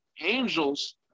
angels